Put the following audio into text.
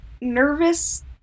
nervous